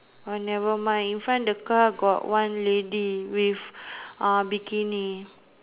never mind in front the car got one lady with uh bikini